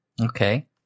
Okay